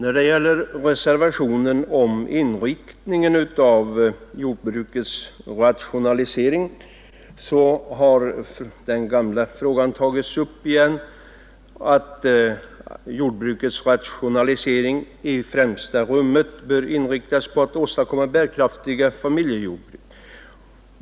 Beträffande reservationen om inriktningen av jordbrukets rationalisering har den gamla frågan tagits upp igen, att jordbrukets rationalisering i främsta rummet bör inriktas på att åstadkomma bärkraftiga familjejordbruk.